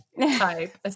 type